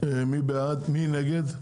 מי נגד?